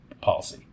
policy